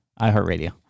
iHeartRadio